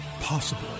possible